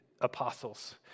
apostles